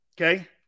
okay